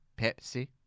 Pepsi